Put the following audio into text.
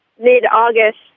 mid-August